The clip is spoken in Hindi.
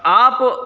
आप